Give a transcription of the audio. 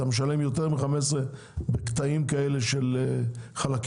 אתה משלם יותר מ-15 ₪ על קטעים כאלה של חלקים,